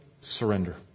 surrender